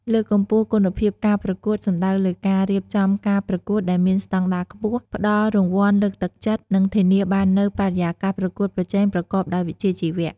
លើកកម្ពស់គុណភាពការប្រកួតសំដៅលើការ រៀបចំការប្រកួតដែលមានស្តង់ដារខ្ពស់ ផ្តល់រង្វាន់លើកទឹកចិត្ត និងធានាបាននូវបរិយាកាសប្រកួតប្រជែងប្រកបដោយវិជ្ជាជីវៈ។